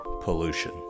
pollution